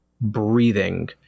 breathing